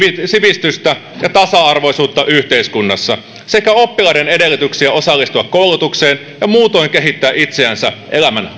sivistystä ja tasa arvoisuutta yhteiskunnassa sekä oppilaiden edellytyksiä osallistua koulutukseen ja muutoin kehittää itseänsä elämän